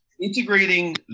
Integrating